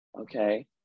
okay